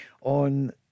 on